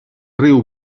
riu